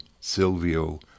Silvio